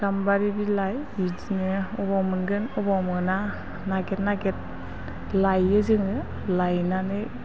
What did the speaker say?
गामबारि बिलाइ बिदिनो अबाव मोनगोन अबाव मोना नागिर नागिर लायो जोङो लायनानै